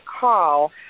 call